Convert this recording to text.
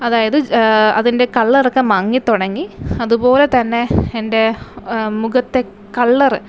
അതായത് അതിൻ്റെ കളറൊക്കെ മങ്ങി തുടങ്ങി അതുപോലെ തന്നെ എൻ്റെ മുഖത്തെ കളറ്